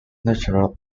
natural